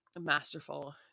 masterful